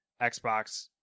Xbox